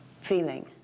feeling